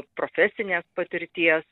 profesinės patirties